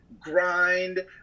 grind